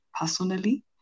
personally